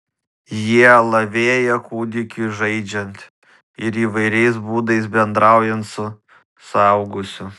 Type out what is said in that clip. jie lavėja kūdikiui žaidžiant ir įvairiais būdais bendraujant su suaugusiu